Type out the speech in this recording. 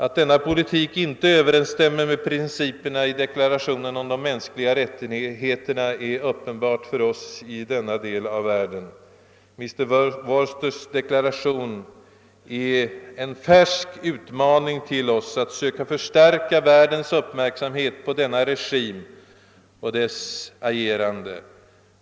Att denna politik inte överensstämmer med principerna i deklarationen om de mänskliga rättigheterna är uppenbart för oss i denna del av världen. Mr. Voersters deklaration är en färsk utmaning till oss att söka förstärka världens uppmärksamhet på denna regim och dess agerande.